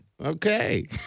Okay